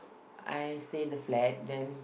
I stay in the flat then